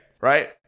right